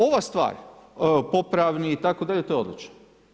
Ova stvar, popravni itd., to je odlično.